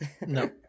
No